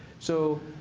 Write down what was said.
so